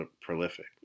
prolific